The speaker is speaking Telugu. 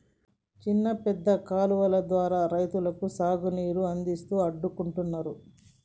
చిన్న పెద్ద కాలువలు ద్వారా రైతులకు సాగు నీరు అందిస్తూ అడ్డుకుంటున్నారు